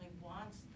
wants